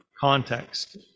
context